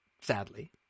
sadly